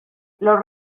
los